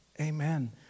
Amen